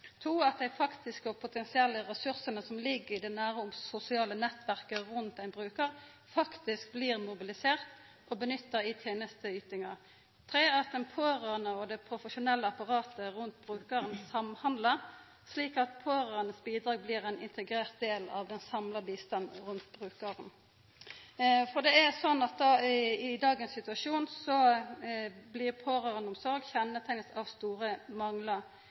Dei faktiske og potensielle ressursane som ligg i det nære sosiale nettverket rundt ein brukar, må bli mobiliserte og nytta i tenesteytinga. Pårørande og det profesjonelle apparatet rundt brukaren må samhandla, slik at pårørandes bidrag blir ein integrert del av den samla bistanden overfor brukaren. I dagens situasjon blir pårørandeomsorg kjenneteikna av store manglar. Eg veit at mange av dei pårørande sjølve blir